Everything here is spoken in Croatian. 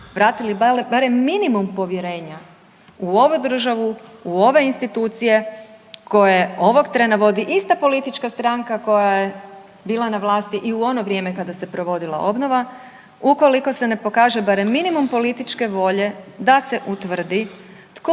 vratili barem minimum povjerenje u ovu državu, u ove institucije koje ovog trena vodi ista politička stranka koja je bila na vlasti i u ono vrijeme kada se provodila obnova. Ukoliko se ne pokaže barem minimum političke volje da se utvrdi koje